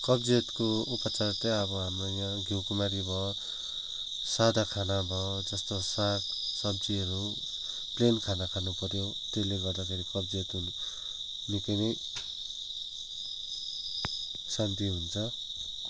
कब्जियतको उपचार चाहिँ अब हाम्रो यहाँ घिउकुमारी भयो सादा खाना भयो जस्तो सागसब्जीहरू प्लेन खाना खानुपऱ्यो त्यसले गर्दाखेरि कब्जियत हुनु निकै नै शान्ति हुन्छ